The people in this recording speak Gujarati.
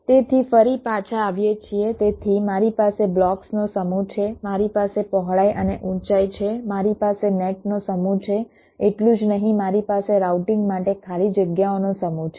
તેથી ફરી પાછા આવીએ છીએ તેથી મારી પાસે બ્લોક્સનો સમૂહ છે મારી પાસે પહોળાઈ અને ઊંચાઈ છે મારી પાસે નેટનો સમૂહ છે એટલું જ નહીં મારી પાસે રાઉટિંગ માટે ખાલી જગ્યાઓનો સમૂહ છે